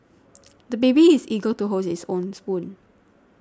the baby is eager to hold his own spoon